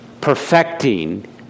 perfecting